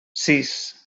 sis